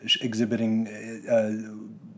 exhibiting